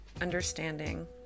understanding